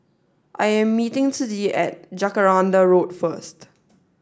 I am meeting Ciji at Jacaranda Road first